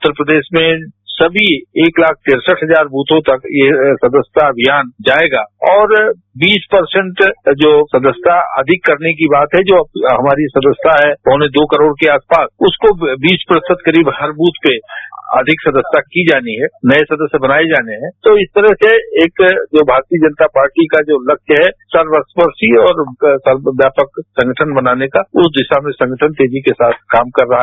उत्तर प्रदेश में समी एक लाख तिरसठ हजार दूथों तक यह सदस्यता अभियान जायेगा और बीस प्रतिशत जो सदस्यता अधिक करने की बात है जो हमारी सदस्यता पौने दो करोड़ के आसपास उसको बीस प्रतिशत करीब हर बूथ पर अधिक सदस्यता की जानी है नये सदस्य बनाये जाने है तो इस तरह से एक भारतीय जनता पार्टी का जो लक्ष्य है सर्वस्पशी और सर्वव्यापक संगठन बनाने का उस दिशा में संगठन तेजी से काम करेगा